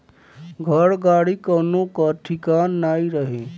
घर, गाड़ी कवनो कअ ठिकान नाइ रही